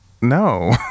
no